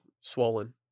swollen